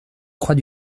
croix